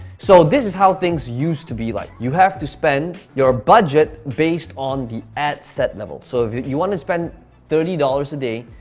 so this is how things used to be like. you have to spend your budget based on the ad set level. so if you wanna spend thirty dollars a day,